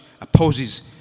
opposes